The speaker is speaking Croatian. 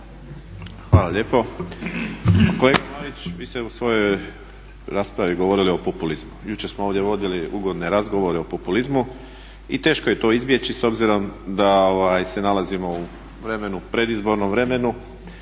Hvala lijepo. Kolega Marić, vi ste u svojoj raspravi govorili o populizmu, jučer smo ovdje vodili ugodne razgovore o populizmu i teško je to izbjeći s obzirom da se nalazimo u vremenu, predizbornom vremenu